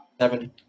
seven